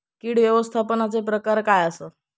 कीड व्यवस्थापनाचे प्रकार काय आसत?